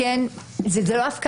אלא כן נותנים לו את החצי שלו.